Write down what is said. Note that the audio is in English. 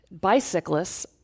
bicyclists